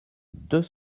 deux